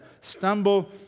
stumble